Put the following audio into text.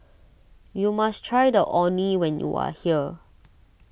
you must try the Orh Nee when you are here